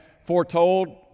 foretold